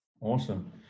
Awesome